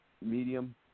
medium